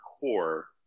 core